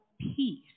peace